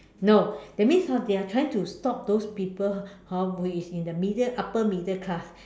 no that means hor they are trying to stop those people hor who is in the middle upper middle class